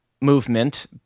movement